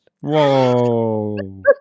Whoa